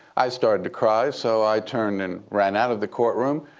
i started to cry. so i turned and ran out of the courtroom.